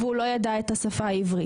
הוא עוד לא ידע את השפה העברית.